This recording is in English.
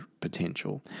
potential